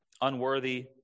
Unworthy